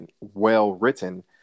well-written